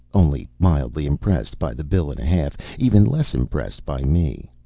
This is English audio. only mildly impressed by the bill and a half, even less impressed by me.